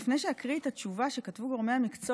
לפני שאקריא את התשובה שכתבו גורמי המקצוע,